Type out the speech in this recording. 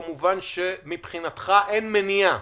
במובן שמבחינתך אין מניעה,